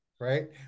Right